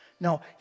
No